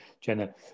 jenna